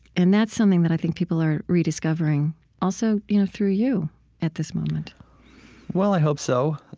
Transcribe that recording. and that's something that i think people are rediscovering also you know through you at this moment well, i hope so.